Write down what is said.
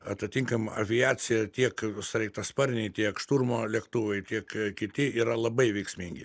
atatinkama aviacija tiek sraigtasparniai tiek šturmo lėktuvai tiek kiti yra labai veiksmingi